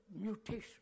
mutation